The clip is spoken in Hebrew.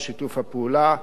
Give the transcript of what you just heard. על שיתוף הפעולה.